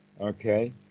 Okay